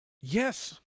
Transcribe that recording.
Yes